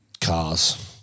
cars